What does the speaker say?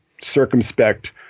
circumspect